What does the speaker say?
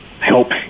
help